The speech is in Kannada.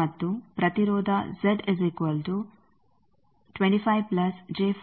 ಮತ್ತು ಪ್ರತಿರೋಧ ಅನ್ನು ಸ್ಮಿತ್ ಚಾರ್ಟ್ನಲ್ಲಿ ಪ್ಲಾಟ್ ಮಾಡೋಣ